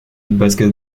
basket